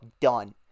done